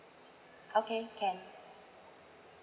okay can